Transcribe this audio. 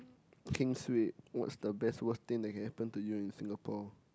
heng suay what's the best worst thing that can happen to you in Singapore